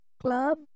club